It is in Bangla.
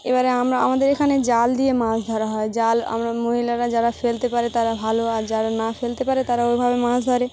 এবারে আমরা আমাদের এখানে জাল দিয়ে মাছ ধরা হয় জাল আমরা মহিলারা যারা ফেলতে পারে তারা ভালো আর যারা না ফেলতে পারে তারা ওইভাবে মাছ ধরে